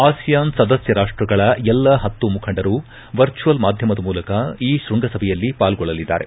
ASEAN ಸದಸ್ಕ ರಾಷ್ಟಗಳ ಎಲ್ಲ ಪತ್ತು ಮುಖಂಡರು ವರ್ಚುವಲ್ ಮಾಧ್ಯಮದ ಮೂಲಕ ಈ ಶೃಂಗಸಭೆಯಲ್ಲಿ ಪಾಲ್ಗೊಳ್ಳಲಿದ್ದಾರೆ